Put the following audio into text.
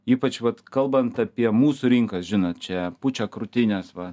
ypač vat kalbant apie mūsų rinkas žinot čia pučia krūtines va